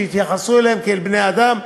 שיתייחסו אליהם כאל בני-אדם,